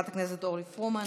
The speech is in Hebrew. חברת הכנסת אורלי פרומן,